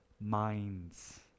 minds